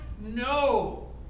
No